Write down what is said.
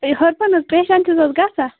چھُس حظ گژھان